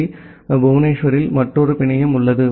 D புவனேஷ்வரில் மற்றொரு பிணையம் உள்ளது